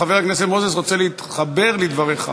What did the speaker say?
חבר הכנסת מוזס רוצה להתחבר לדבריך.